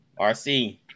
RC